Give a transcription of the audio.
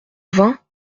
vingt